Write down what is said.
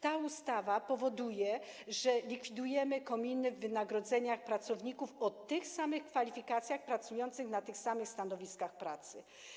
Ta ustawa powoduje, że likwidujemy kominy dotyczące wynagrodzeń pracowników o tych samych kwalifikacjach pracujących na tych samych stanowiskach pracy.